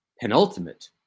penultimate